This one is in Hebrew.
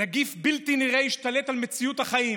נגיף בלתי נראה השתלט על מציאות החיים,